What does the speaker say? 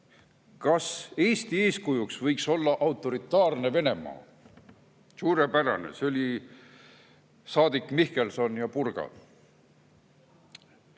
Kas Eesti eeskujuks võiks olla autoritaarne Venemaa? Suurepärane! Need olid saadikud Mihkelson ja Purga.